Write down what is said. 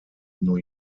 new